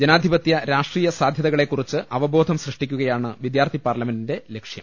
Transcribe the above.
ജനാധിപത്യ രാഷ്ട്രീയ സാധ്യതകളെക്കുറിച്ച് അവ ബോധം സൃഷ്ടിക്കുകയാണ് വിദ്യാർത്ഥി പാർലമെന്റിന്റെ ലക്ഷ്യം